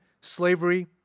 slavery